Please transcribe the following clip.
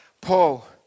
Paul